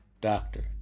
doctor